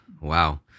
wow